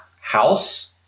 house